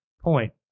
point